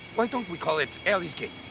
why don't we call it eli's gate?